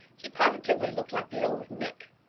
he positively looked like the old nick.